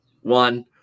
one